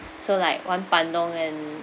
so like one bandung and